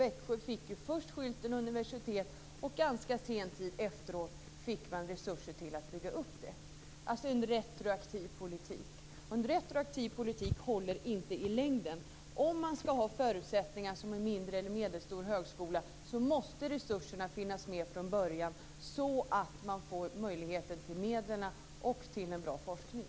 Växjö fick ju först skylten universitet och ganska sent därefter resurser till att bygga upp det. Det är alltså en retroaktiv politik. En retroaktiv politik håller inte i längden. Om man ska ha förutsättningar att lyckas som en mindre eller medelstor högskola måste resurserna finnas med från början så att man får tillgång till medlen och möjligheter till en bra forskning.